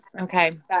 okay